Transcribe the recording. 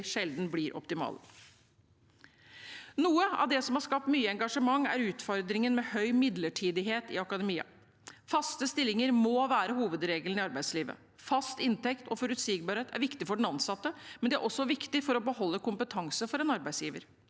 sjelden blir optimale. Noe av det som har skapt mye engasjement, er utfordringen med høy midlertidighet i akademia. Faste stillinger må være hovedregelen i arbeidslivet. Fast inntekt og forutsigbarhet er viktig for den ansatte, men det er også viktig for å beholde kompetanse for en arbeidsgiver.